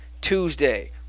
Tuesday